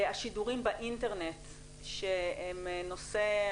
השידורים באינטרנט שהם נושא,